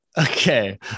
Okay